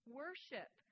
worship